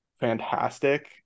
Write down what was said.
fantastic